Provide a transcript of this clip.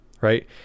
right